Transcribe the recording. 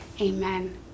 amen